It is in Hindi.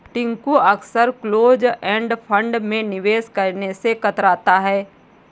टिंकू अक्सर क्लोज एंड फंड में निवेश करने से कतराता है